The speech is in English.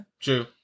true